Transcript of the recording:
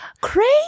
crazy